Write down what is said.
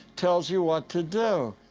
tells you what to do.